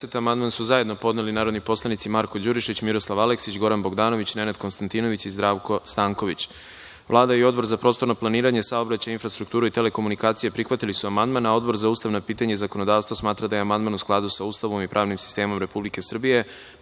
amandman su zajedno podneli narodni poslanici Marko Đurišić, Miroslav Aleksić, Goran Bogdanović, Nenad Konstantinović i Zdravko Stanković. Vlada i Odbor za prostorno planiranje, saobraćaj, infrastrukturu i telekomunikacije prihvatili su amandman. Odbor za ustavna pitanja i zakonodavstvo smatra da je amandman u skladu sa Ustavom i pravnim sistemom Republike